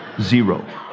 zero